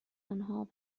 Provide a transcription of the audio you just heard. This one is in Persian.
آنها